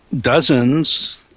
dozens